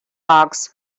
barks